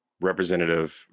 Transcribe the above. representative